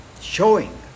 showing